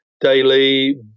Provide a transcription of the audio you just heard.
daily